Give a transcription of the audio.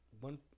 one